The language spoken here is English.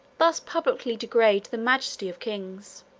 thus publicly degrade the majesty of kings.